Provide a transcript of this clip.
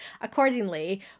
accordingly